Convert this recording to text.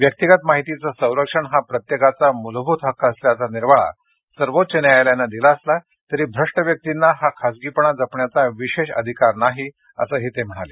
व्यक्तिगत माहितीचं संरक्षण हा प्रत्येकाचा मूलभूत हक्क असल्याचा निर्वाळा सर्वोच्च न्यायालयानं दिला असला तरी भ्रष्ट व्यक्तींना हा खासगीपणा जपण्याचा विशेष अधिकार नाही असंही ते म्हणाले